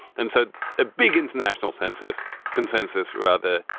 and so a big international census consensus, rather,